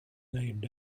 named